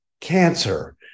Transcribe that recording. cancer